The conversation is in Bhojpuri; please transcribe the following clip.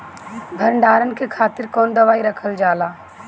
भंडारन के खातीर कौन दवाई रखल जाला?